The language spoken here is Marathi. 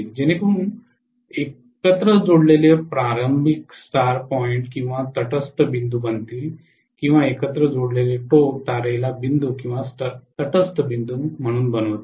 जेणेकरून एकत्र जोडलेले प्रारंभ स्टार पॉईंट किंवा तटस्थ बिंदू बनतील किंवा एकत्र जोडलेले टोक तारेला बिंदू किंवा तटस्थ बिंदू बनवतील